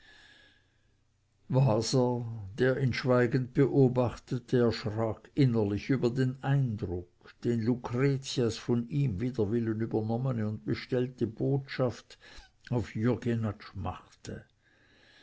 waser der ihn schweigend beobachtete erschrak innerlich über den eindruck den lucretias von ihm wider willen übernommene und bestellte botschaft auf jürg jenatsch machte